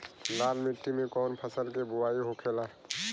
लाल मिट्टी में कौन फसल के बोवाई होखेला?